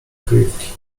kryjówki